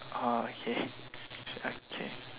okay okay